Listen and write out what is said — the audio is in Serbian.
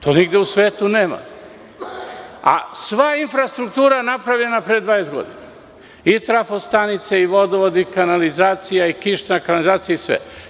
To nigde u svetu nema, a sva infrastruktura je napravljena pre 20 godina, i trafo stanica, i vodovod, i kanalizacija, i kišna kanalizacija i sve.